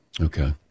Okay